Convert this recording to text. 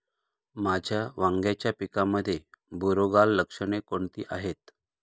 माझ्या वांग्याच्या पिकामध्ये बुरोगाल लक्षणे कोणती आहेत?